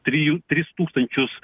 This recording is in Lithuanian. trijų tris tūkstančius